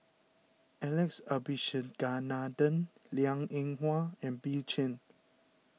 Alex Abisheganaden Liang Eng Hwa and Bill Chen